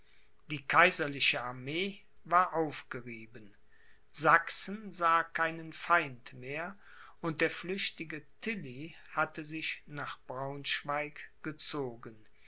die kaiserliche armee war aufgerieben sachsen sah keinen feind mehr und der flüchtige tilly hatte sich nach braunschweig gezogen